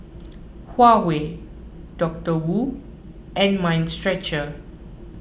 Huawei Doctor Wu and Mind Stretcher